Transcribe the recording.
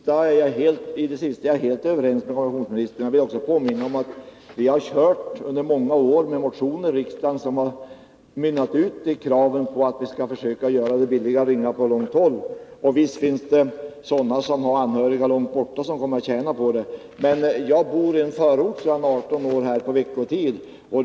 Herr talman! I det sista är jag helt överens med kommunikationsministern. Jag vill också påminna om att vi under många år har haft motioner i riksdagen som har mynnat ut i krav på att vi skall försöka göra det billigare att ringa rikssamtal. Och visst finns det sådana som har anhöriga långt borta, som kommer att tjäna på detta. Under veckorna bor jag sedan 18 år i en förort till Stockholm.